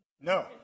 No